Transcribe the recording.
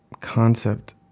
concept